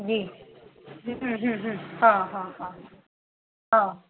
जी हूं हूं हूं हा हा हा हा